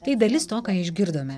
tai dalis to ką išgirdome